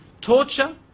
torture